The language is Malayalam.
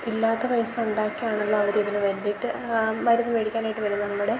ഇല്ലാത്ത പൈസ ഉണ്ടാക്കിയാണല്ലോ അവർ ഇതിന് വേണ്ടിയിട്ട് മരുന്ന് മേടിക്കാനായിട്ട് വരുന്നത് നമ്മുടെ